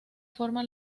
forma